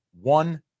one